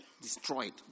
destroyed